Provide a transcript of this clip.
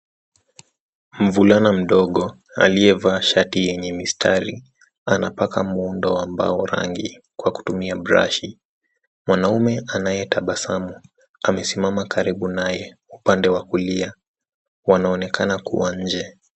Mvulana mdogo aliyevaa shati yenye mistari, anapaka muundo wa mbao rangi kwa kutumia brashi. Mwanaume anayetabasamu, amesimama karibu naye upande wa kulia, na wanaonekana kuwa nje.